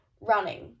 running